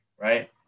right